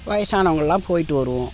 வயதானவங்கள்லாம் போய்விட்டு வருவோம்